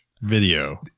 video